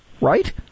Right